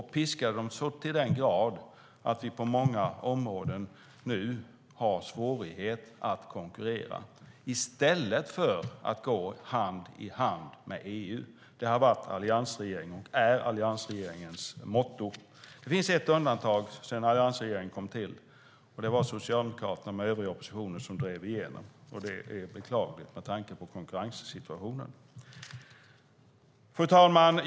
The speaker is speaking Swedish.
Man piskade så till den grad att vi på många områden nu har svårighet att konkurrera i stället för att gå hand i hand med EU - det har varit och är alliansregeringens måtto. Det finns ett undantag sedan alliansregeringen kom till, och det drev Socialdemokraterna och den övriga oppositionen igenom. Det är beklagligt med tanke på konkurrenssituationen. Fru talman!